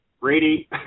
Brady